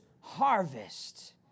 harvest